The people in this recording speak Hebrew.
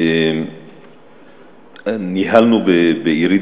ניהלנו בעירי,